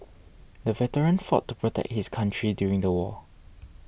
the veteran fought to protect his country during the war